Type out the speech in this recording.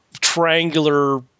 triangular